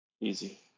Easy